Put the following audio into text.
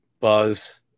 buzz